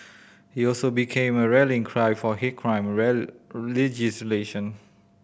he also became a rallying cry for hate crime legislation